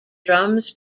drums